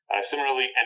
Similarly